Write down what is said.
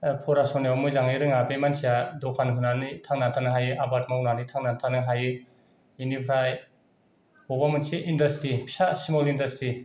फरास'नाआव मोजाङै रोङा बे मानसिआ द'खान होनानै थांनानै थानो हायो आबाद मावनानै थांनानै थानो हायो बिनिफ्राय बबेबा मोनसे इनडास्ट्रि फिसा सिमल इनडास्ट्रि